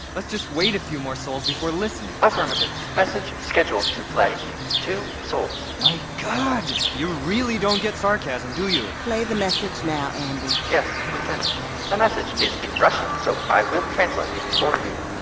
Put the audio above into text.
let's just wait a few more sols before listening affirmative. message scheduled to play in two sols my god, you really don't get sarcasm do you? play the message now, andi yes, lieutenant. the message is in russian, so i will translate it for you